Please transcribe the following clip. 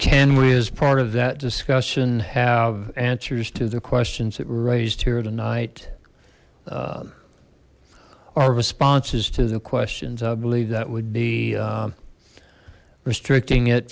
can we as part of that discussion have answers to the questions that were raised here tonight our responses to the questions i believe that would be restricting it